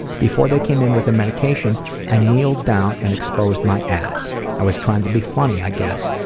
before they came in with the medication i kneeled down and exposed my ass. i was trying to be funny i guess,